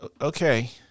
okay